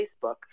Facebook